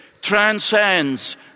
transcends